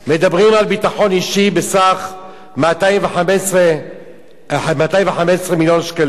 מדברים על ביטחון אישי בסך 215 מיליון שקלים,